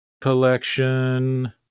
collection